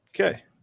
Okay